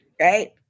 right